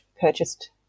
purchased